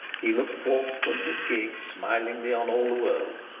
he looked forth from his gig smilingly on all the world,